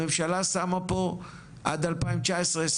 הממשלה שמה פה עד 2019-2020,